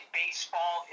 baseball